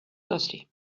thirsty